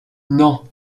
non